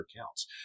accounts